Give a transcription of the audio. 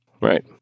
Right